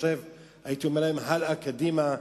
הייתי אומר להם: הלאה קדימה,